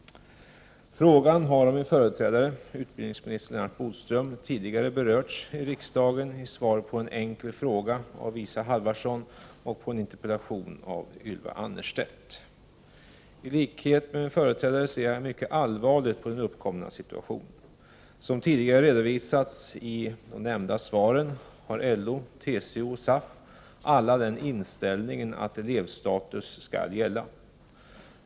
Frågan har av min företrädare, utbildningsminister Lennart Bodström, tidigare berörts i riksdagen i svar på en enkel fråga av Isa Halvarsson och på en interpellation av Ylva Annerstedt. I likhet med min företrädare ser jag mycket allvarligt på den uppkomna situationen. Som tidigare redovisats i de nämnda svaren har LO, TCO och SAF alla den inställningen att elevstatus skall gälla.